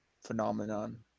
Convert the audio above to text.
phenomenon